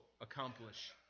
accomplish